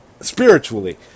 spiritually